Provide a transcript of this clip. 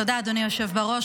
תודה, אדוני היושב בראש.